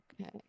okay